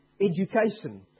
education